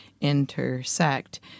intersect